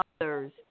others